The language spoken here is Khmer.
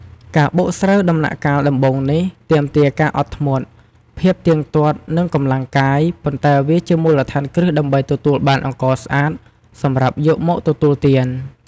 ការបុកស្រូវដំណាក់កាលដំបូងនេះ ទាមទារការអត់ធ្មត់ ភាពទៀងទាត់ និងកម្លាំងកាយ ប៉ុន្តែវាជាមូលដ្ឋានគ្រឹះដើម្បីទទួលបានអង្ករស្អាតសម្រាប់យកមកទទួលទាន។